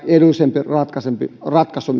edullisempi ratkaisu